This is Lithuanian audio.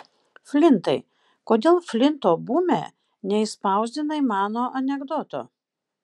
flintai kodėl flinto bume neišspausdinai mano anekdoto